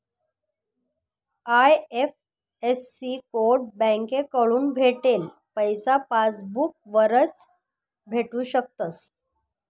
IFSC code बँककडथून भेटेल पैसा पासबूक वरच भेटू शकस